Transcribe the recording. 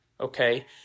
okay